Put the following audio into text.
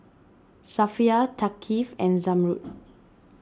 Safiya Thaqif and Zamrud